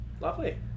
Lovely